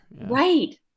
Right